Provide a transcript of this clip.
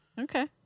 Okay